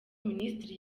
minisitiri